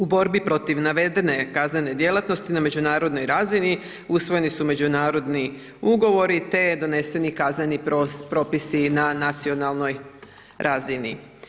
U borbi protiv navedene kaznene djelatnosti na međunarodnoj razini usvojeni su međunarodni ugovori te je donesen i kazneni propisi na nacionalnoj razini.